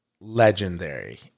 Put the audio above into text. legendary